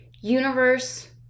universe